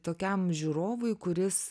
tokiam žiūrovui kuris